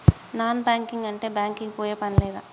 Non banking అంటే bank కి పోయే పని లేదా?